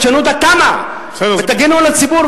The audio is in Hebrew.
תשנו את התמ"א ותגנו על הציבור,